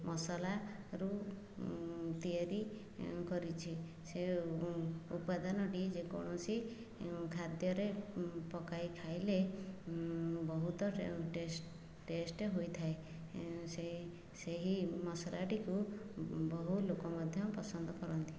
ମସଲାରୁ ତିଆରି ଏଁ କରିଛି ସେ ଉପାଦାନଟି ଯେକୌଣସି ଖାଦ୍ୟରେ ପକାଇ ଖାଇଲେ ବହୁତ ଟେଷ୍ଟ ହୋଇଥାଏ ଏଁ ସେହି ମସଲାଟିକୁ ବହୁଲୋକ ମଧ୍ୟ ପସନ୍ଦ କରନ୍ତି